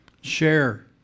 Share